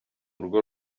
rugo